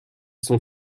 sont